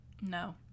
no